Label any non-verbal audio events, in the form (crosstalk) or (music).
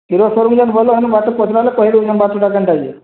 କି (unintelligible) ବାଟ କହିଦେମି ବାଟଟା କେନ୍ତା କି